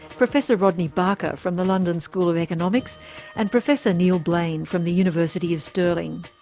professor rodney barker from the london school of economics and professor neil blain from the university of stirling.